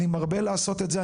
אני מרבה לעשות את זה.